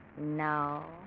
No